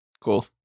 Cool